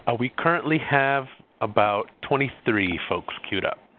ah we currently have about twenty three folks queued up.